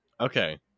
Okay